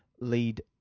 lead